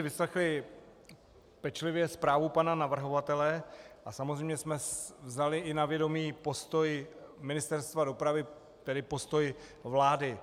Vyslechli jsme si pečlivě zprávu pana navrhovatele a samozřejmě jsme vzali na vědomí i postoj Ministerstva dopravy, tedy postoj vlády.